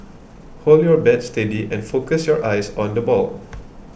hold your bat steady and focus your eyes on the ball